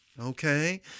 okay